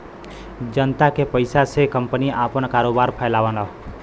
जनता के पइसा से कंपनी आपन कारोबार फैलावलन